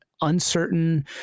uncertain